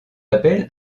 appelle